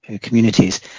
communities